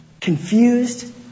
Confused